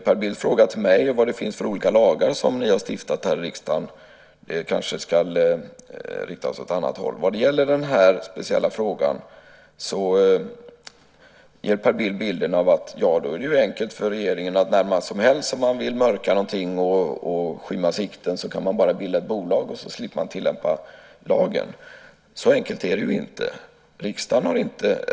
Per Bills fråga till mig om vad det finns för olika lagar som ni har stiftat här i riksdagen kanske ska riktas åt annat håll. Vad gäller den här speciella frågan ger Per Bill bilden av att regeringen närhelst man vill mörka någonting och skymma sikten bara kan bilda ett bolag och så slipper man tillämpa lagen. Så enkelt är det ju inte.